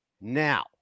now